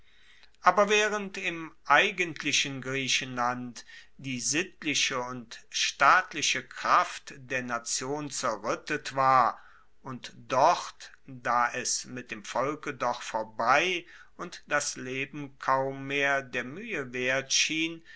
aber waehrend im eigentlichen griechenland die sittliche und staatliche kraft der nation zerruettet war und dort da es mit dem volke doch vorbei und das leben kaum mehr der muehe wert schien